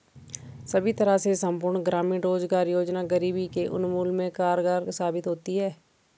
सभी तरह से संपूर्ण ग्रामीण रोजगार योजना गरीबी के उन्मूलन में कारगर साबित होती है